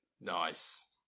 nice